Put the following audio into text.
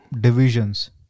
divisions